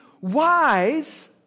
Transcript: wise